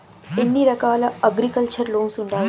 ఎన్ని రకాల agriculture loans ఉండాయి